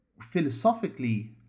philosophically